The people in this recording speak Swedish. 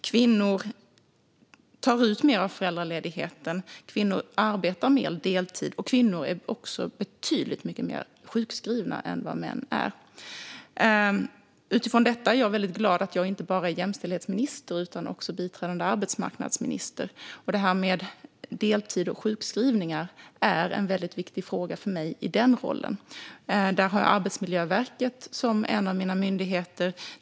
Kvinnor tar ut mer av föräldraledigheten, kvinnor arbetar mer deltid och kvinnor är också betydligt mer sjukskrivna än män. Utifrån detta är jag väldigt glad att jag inte bara är jämställdhetsminister utan också biträdande arbetsmarknadsminister. Det här med deltid och sjukskrivningar är en väldigt viktig fråga för mig i den rollen. Där har jag Arbetsmiljöverket som en av mina myndigheter.